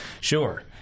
sure